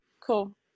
Cool